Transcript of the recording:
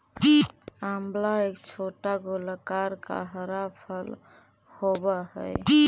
आंवला एक छोटा गोलाकार का हरा फल होवअ हई